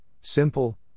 simple